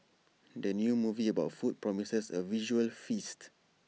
the new movie about food promises A visual feast